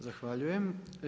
Zahvaljujem.